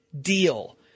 deal